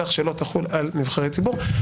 כך שלא תחול על נבחרי ציבור".